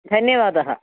धन्यवादः